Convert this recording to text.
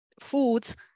foods